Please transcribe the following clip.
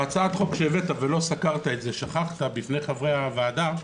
בהצעת חוק שהבאת ולא סקרת את זה בפני חברי הוועדה,